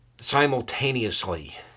simultaneously